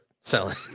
selling